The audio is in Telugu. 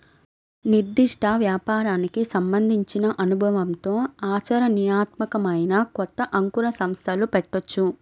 నిర్దిష్ట వ్యాపారానికి సంబంధించిన అనుభవంతో ఆచరణీయాత్మకమైన కొత్త అంకుర సంస్థలు పెట్టొచ్చు